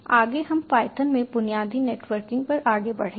आगे हम पायथन में बुनियादी नेटवर्किंग पर आगे बढ़ेंगे